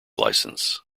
license